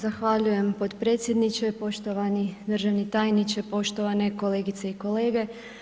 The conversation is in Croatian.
Zahvaljujem potpredsjedniče, poštovani državni tajniče, poštovane kolegice i kolege.